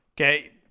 Okay